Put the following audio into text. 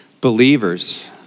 believers